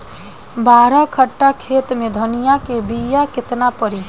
बारह कट्ठाखेत में धनिया के बीया केतना परी?